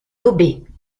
lobées